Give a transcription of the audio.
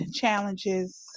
challenges